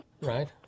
Right